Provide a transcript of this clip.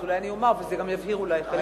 אז אולי אני אומר וזה גם יבהיר אולי חלק מהעניין.